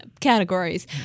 categories